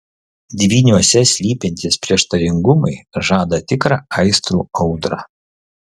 dvyniuose slypintys prieštaringumai žada tikrą aistrų audrą